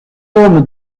heaume